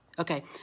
Okay